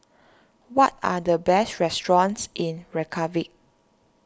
what are the best restaurants in Reykjavik